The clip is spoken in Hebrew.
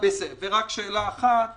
שאלה אחת